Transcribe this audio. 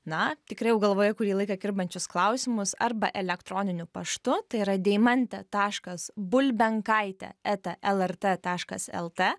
na tikriau galvoje kurį laiką kirbančius klausimus arba elektroniniu paštu tai yra deimante taškas bulbenkaite eta lrt taškas lt